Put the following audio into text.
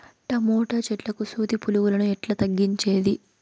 Tomato చెట్లకు సూది పులుగులను ఎట్లా తగ్గించేది?